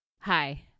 Hi